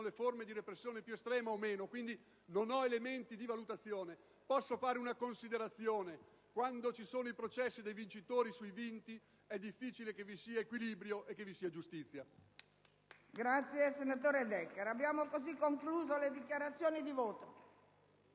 delle forme di repressione più estreme, quindi non ho elementi di valutazione. Posso fare una considerazione: quando ci sono i processi dei vincitori sui vinti, è difficile che vi siano equilibrio e giustizia.